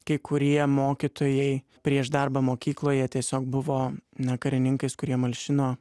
kai kurie mokytojai prieš darbą mokykloje tiesiog buvo ne karininkais kurie malšino